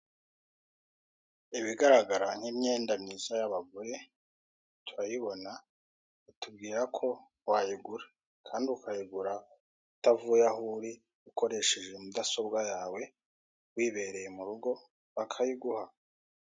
Ibigaragara nk'imyenda myiza y'abagore turayibona batubwira ko wayigura kandi ukayigura utavuye aho uri ukoresheje mudasobwa yawe wibereye mu rugo bakayiguha.